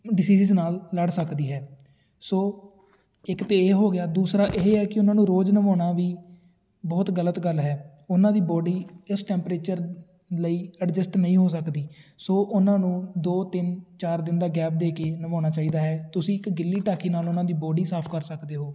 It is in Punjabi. ਡਿਸੀਸਿਜ਼ ਨਾਲ ਲੜ ਸਕਦੀ ਹੈ ਸੋ ਇੱਕ ਤਾਂ ਇਹ ਹੋ ਗਿਆ ਦੂਸਰਾ ਇਹ ਹੈ ਕਿ ਉਹਨਾਂ ਨੂੰ ਰੋਜ਼ ਨਵਾਉਣਾ ਵੀ ਬਹੁਤ ਗਲਤ ਗੱਲ ਹੈ ਉਹਨਾਂ ਦੀ ਬੋਡੀ ਇਸ ਟੈਂਪਰੇਚਰ ਲਈ ਐਡਜਸਟ ਨਹੀਂ ਹੋ ਸਕਦੀ ਸੋ ਉਹਨਾਂ ਨੂੰ ਦੋ ਤਿੰਨ ਚਾਰ ਦਿਨ ਦਾ ਗੈਪ ਦੇ ਕੇ ਨਵਾਉਣਾ ਚਾਹੀਦਾ ਹੈ ਤੁਸੀਂ ਇੱਕ ਗਿੱਲੀ ਟਾਕੀ ਨਾਲ ਉਹਨਾਂ ਦੀ ਬੋਡੀ ਸਾਫ਼ ਕਰ ਸਕਦੇ ਹੋ